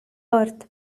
earth